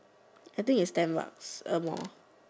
I think is ten bucks or more